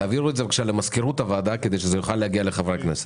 תעבירו את זה בבקשה למזכירות הוועדה כדי שזה יוכל להגיע לחברי הכנסת.